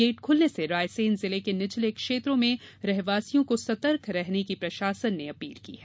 gate खुलने से रायसेन जिले के निचले क्षेत्रों में रहवासियों को सतर्क रहने की प्रशासन ने अपील की है